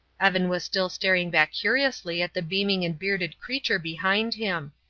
evan was still staring back curiously at the beaming and bearded creature behind him.